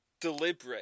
deliberate